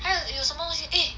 还有有什么东西